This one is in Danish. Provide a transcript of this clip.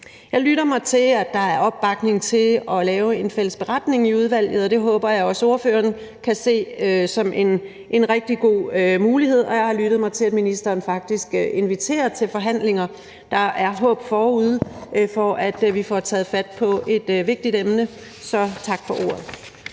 Jeg lytter mig til, at der er opbakning til at lave en fælles beretning i udvalget, og det håber jeg også ordføreren kan se som en rigtig god mulighed. Og jeg har lyttet mig til, at ministeren faktisk inviterer til forhandlinger. Der er håb forude for, at vi får taget fat på et vigtigt emne, så tak for ordet.